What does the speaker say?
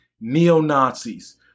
neo-Nazis